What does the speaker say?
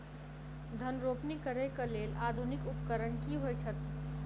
धान रोपनी करै कऽ लेल आधुनिक उपकरण की होइ छथि?